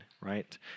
right